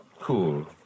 Cool